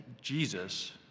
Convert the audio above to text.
Jesus